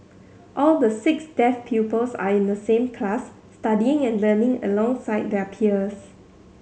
all the six deaf pupils are in the same class studying and learning alongside their peers